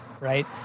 right